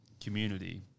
community